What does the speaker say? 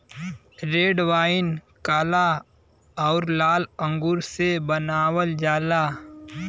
red wine काला आउर लाल अंगूर से बनावल जाला